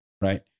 Right